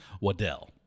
Waddell